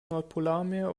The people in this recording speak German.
nordpolarmeer